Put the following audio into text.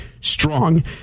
strong